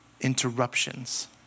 interruptions